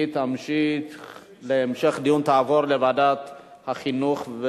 היא תועבר להמשך דיון בוועדת החינוך,